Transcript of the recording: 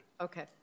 Okay